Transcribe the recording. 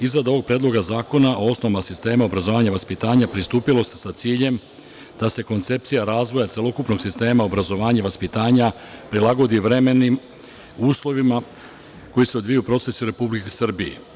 Iznad ovog predloga zakona o osnovama sistema obrazovanja i vaspitanja pristupilo se sa ciljem da se koncepcija razvoja celokupnog sistema obrazovanja i vaspitanja prilagodi uslovima koji se odvijaju u procesu u Republici Srbiji.